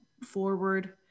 forward